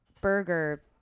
burger